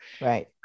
right